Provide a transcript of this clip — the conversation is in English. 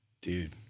dude